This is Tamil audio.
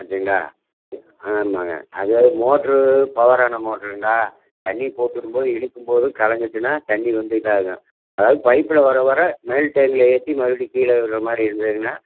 ஆச்சுங்களா ஆமாம்ங்க அதாவது மோட்ரு பவரான மோட்ருங்களா தண்ணி போட்டுவிடும்போதும் இழுக்கும்போது கலங்கிச்சுன்னா தண்ணி வந்து இதாகும் அதாவது பைப்பில் வர வர மேல் டேங்கில் ஏற்றி மறுபடி கீழே விழறமாதிரி இருந்துதுன்னா